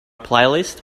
playlist